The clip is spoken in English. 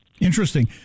Interesting